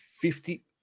fifty